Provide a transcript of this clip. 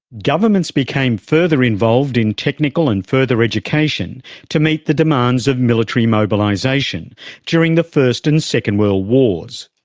governments became further involved in technical and further education to meet the demands of military mobilisation during the first and second world wars.